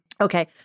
Okay